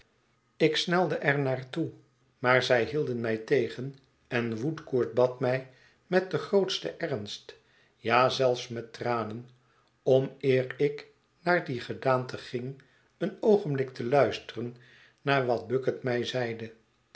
ik snelde er naar toe maar zij hielden mij tegen en woodcourt bad mij met den grootsten ernst ja zelfs met tranen om eer ik naar die gedaante ging een oogenblik te luisteren naar wat bucket mij zeide